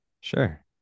Sure